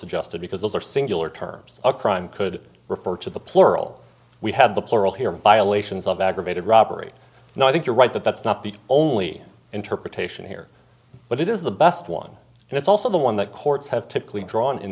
suggested because those are singular terms a crime could refer to the plural we had the plural here violations of aggravated robbery and i think you're right that that's not the only interpretation here but it is the best one and it's also the one that courts have typically drawn in